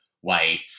white